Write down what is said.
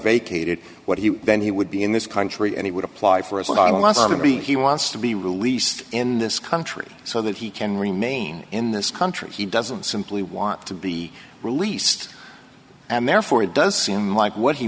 vacated what he would then he would be in this country and he would apply for a salon to be he wants to be released in this country so that he can remain in this country he doesn't simply want to be released and therefore it does seem like what he